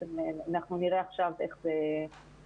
ואנחנו נראה עכשיו איך זה עובד,